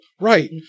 right